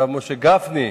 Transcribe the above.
הרב משה גפני,